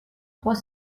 trois